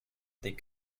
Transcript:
des